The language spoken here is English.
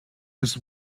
his